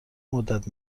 مدت